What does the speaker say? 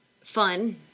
fun